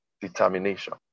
determination